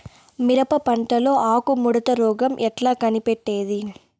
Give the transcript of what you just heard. మిరప పంటలో ఆకు ముడత రోగం ఎట్లా కనిపెట్టేది?